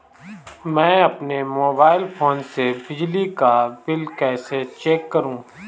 मैं अपने mobile phone से बिजली का बिल कैसे चेक करूं?